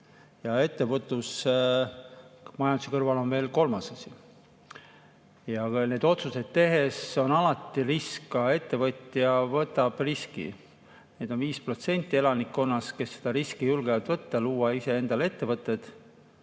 ettevõtlus majanduse kõrval on veel kolmas asi. Neid otsuseid tehes on alati risk, ka ettevõtja võtab riski. Neid on 5% elanikkonnast, kes seda riski julgevad võtta ja luua iseendale ettevõtted.